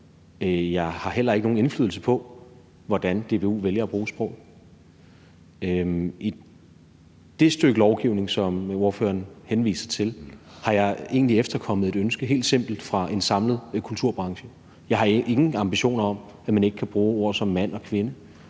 Jeg har heller ingen indflydelse på, hvordan DBU vælger at bruge sproget. I det stykke lovgivning, som ordføreren henviser til, har jeg egentlig bare efterkommet et ønske, helt simpelt, fra en samlet kulturbranche. Jeg har ingen ambitioner om, at man ikke kan bruge ord som mand og kvinde